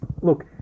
look